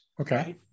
Okay